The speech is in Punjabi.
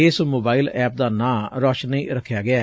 ਇਸ ਮੋਬਾਈਲ ਐਪ ਦਾ ਨਾਂ ਰੌਸ਼ਨੀ ਰਖਿਆ ਗਿਐ